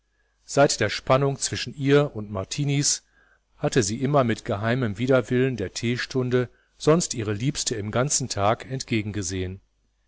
seit der spannung zwischen ihr und martiniz hatte sie immer mit geheimem widerwillen der teestunde sonst ihre liebste im ganzen tag